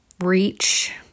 reach